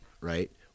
Right